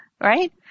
right